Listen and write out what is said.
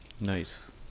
Nice